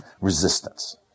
resistance